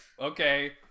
okay